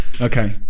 Okay